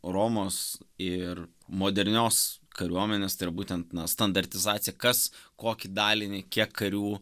romos ir modernios kariuomenės tai yra būtent na standartizacija kas kokį dalinį kiek karių